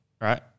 right